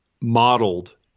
modeled